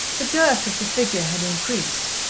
the girth of the figure had increased,